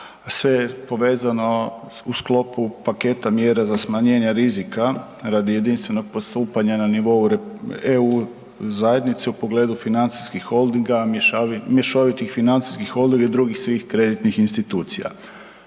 sve je povezano u sklopu paketa mjera za smanjenje rizika radi jedinstvenog postupanja na nivou EU zajednice u pogledu financijskih holdinga, mješovitih financijskih …/nerazumljivo/… i drugih svih kreditnih institucija.